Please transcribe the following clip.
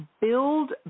build